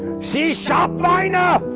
c-sharp minor!